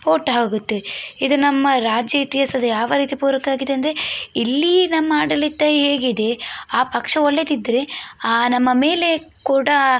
vote ಹಾಕುತ್ತೇವೆ ಇದು ನಮ್ಮ ರಾಜ್ಯ ಇತಿಹಾಸದ ಯಾವ ರೀತಿ ಪೂರಕವಾಗಿದೆ ಅಂದರೆ ಇಲ್ಲಿ ನಮ್ಮ ಆಡಳಿತ ಹೇಗಿದೆ ಆ ಪಕ್ಷ ಒಳ್ಳೆಯದಿದ್ರೆ ಆ ನಮ್ಮ ಮೇಲೆ ಕೂಡ